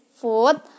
food